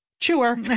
chewer